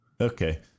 Okay